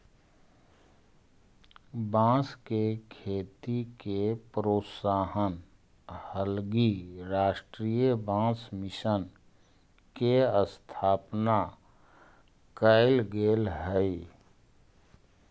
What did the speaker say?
बाँस के खेती के प्रोत्साहन हलगी राष्ट्रीय बाँस मिशन के स्थापना कैल गेल हइ